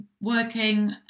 Working